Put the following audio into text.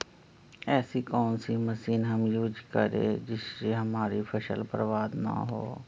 ऐसी कौन सी मशीन हम यूज करें जिससे हमारी फसल बर्बाद ना हो?